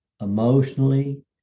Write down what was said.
emotionally